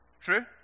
True